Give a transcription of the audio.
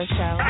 Show